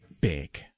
big